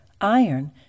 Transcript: iron